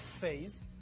phase